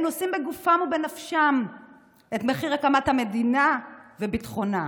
הם נושאים בגופם ובנפשם את מחיר הקמת המדינה וביטחונה,